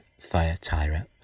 Thyatira